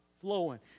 flowing